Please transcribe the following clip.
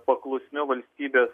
paklusniu valstybės